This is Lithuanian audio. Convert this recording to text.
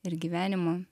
ir gyvenimu